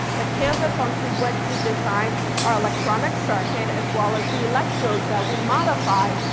the canvas onto which we design our electronic circuit as well as the electrodes that we modify.